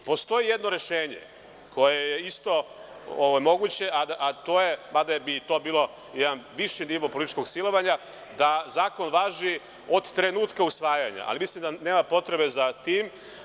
Postoji jedno rešenje koje je moguće, mada bi to bio jedan viši nivo političkog silovanja, da zakon važi od trenutka usvajanja, ali mislim da nema potrebe za tim.